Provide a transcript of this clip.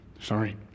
Sorry